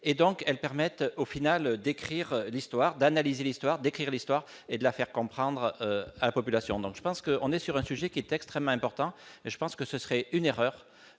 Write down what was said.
et donc elles permettent au final d'écrire l'histoire d'analyser l'histoire d'écrire l'histoire et de la faire comprendre à la population, donc je pense qu'on est sur un sujet qui est extrêmement important et je pense que ce serait une erreur